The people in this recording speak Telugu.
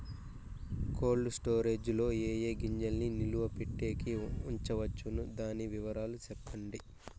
కోల్డ్ స్టోరేజ్ లో ఏ ఏ గింజల్ని నిలువ పెట్టేకి ఉంచవచ్చును? దాని వివరాలు సెప్పండి?